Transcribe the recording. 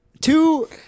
Two